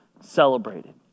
celebrated